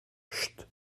chut